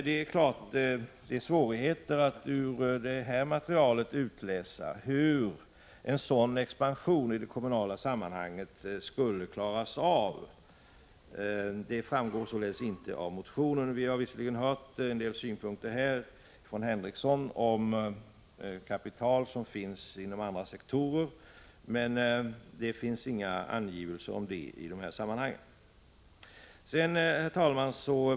Det är naturligtvis svårt att ur det här materialet utläsa hur kommunerna skulle klara en sådan expansion. Det framgår inte av motionen. Vi har visserligen hört en hel del synpunkter från Sven Henricsson om att det finns kapital inom andra sektorer, men var finns inte närmare angivet. Herr talman!